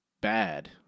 bad